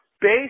Based